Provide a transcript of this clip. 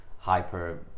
hyper